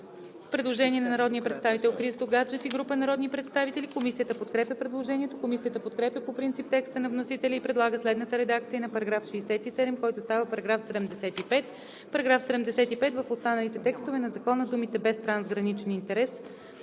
предложение на народния представител Христо Гаджев и група народни представители. Комисията подкрепя предложението. Комисията подкрепя по принцип текста на вносителя и предлага следната редакция на § 67, който става § 75: „§ 75. В останалите текстове на Закона думите „без трансграничен интерес“,